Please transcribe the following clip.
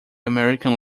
american